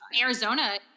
Arizona